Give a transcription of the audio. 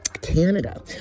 Canada